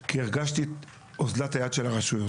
היא כי הרגשתי את אוזלת היד של הרשויות.